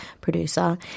producer